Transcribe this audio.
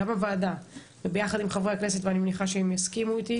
גם הוועדה ביחד עם חברי הכנסת ואני מניחה שהם יסכימו איתי